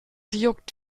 juckt